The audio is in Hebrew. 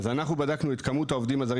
אז אנחנו בדקנו את כמות העובדים הזרים